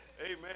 Amen